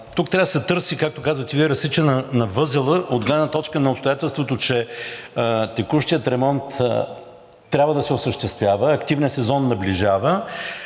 тук трябва да се търси, както казвате Вие, разсичане на възела от гледна точка на обстоятелството, че текущият ремонт трябва да се осъществява, активният сезон наближава,